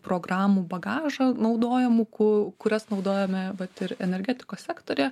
programų bagažą naudojamų ku kurias naudojome vat ir energetikos sektoriuje